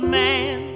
man